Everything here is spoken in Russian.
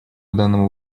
данному